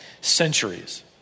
centuries